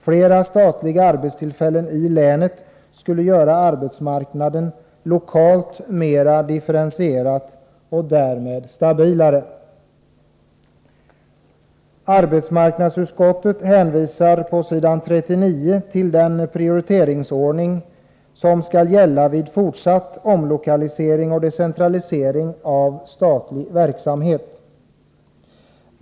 Fler statliga arbetstillfällen i länet skulle göra arbetsmarknaden lokalt mer differentierad och därmed stabilare. Arbetsmarknadsutskottet hänvisar på s. 39 till den prioriteringsordning som skall gälla vid fortsatt omlokalisering och decentralisering av statlig verksamhet.